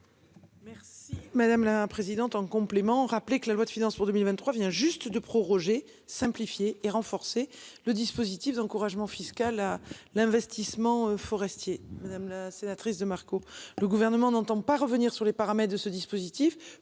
Merci madame la. Président en complément, rappeler que la loi de finances pour 2023 vient juste de proroger simplifier et renforcer le dispositif d'encouragement fiscal à l'investissement forestier madame la sénatrice de Marco. Le gouvernement n'entend pas revenir sur les paramètres de ce dispositif